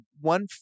one